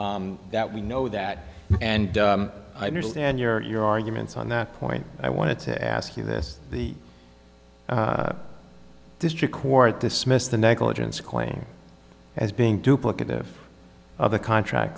that we know that and i understand your your arguments on that point i wanted to ask you this the district court dismissed the negligence claim as being duplicative of the contract